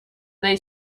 dai